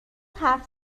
حرف